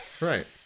Right